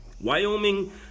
Wyoming